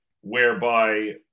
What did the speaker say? whereby